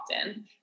often